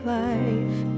life